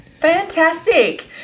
Fantastic